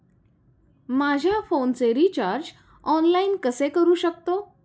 माझ्या फोनचे recharge online कसे करू शकतो?